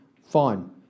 fine